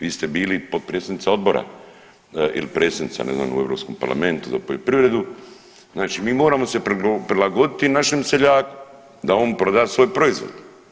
Vi ste bili potpredsjednica odbora ili predsjednica ne znam u EU Parlamentu za poljoprivredu, znači mi moramo se prilagoditi našem seljaku da on proda svoj proizvod.